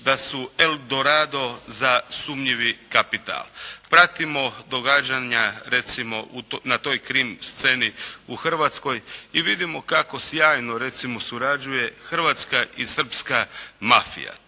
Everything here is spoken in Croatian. da su eldorado za sumnjivi kapital. Pratimo događanja recimo na toj krim sceni u Hrvatskoj i vidimo kako sjajno recimo surađuje hrvatska i srpska mafija.